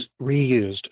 reused